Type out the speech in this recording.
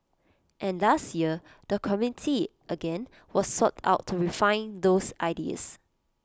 and last year the community again was sought out to refine those ideas